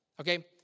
Okay